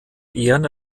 ehren